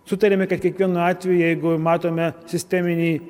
sutarėme kad kiekvienu atveju jeigu matome sisteminį